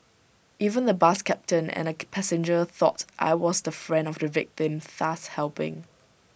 even the bus captain and A passenger thought I was the friend of the victim thus helping